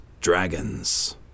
Dragons